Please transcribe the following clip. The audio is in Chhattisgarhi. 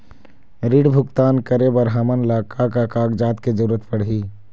ऋण भुगतान करे बर हमन ला का का कागजात के जरूरत पड़ही?